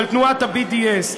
על תנועת ה-BDS,